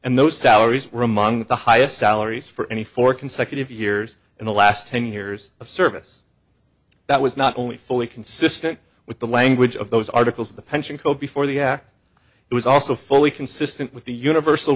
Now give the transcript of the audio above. and those salaries were among the highest salaries for any four consecutive years in the last ten years of service that was not only fully consistent with the language of those articles the pension code before the act it was also fully consistent with the universal